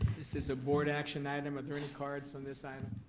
this is a board action item, are there any cards on this item?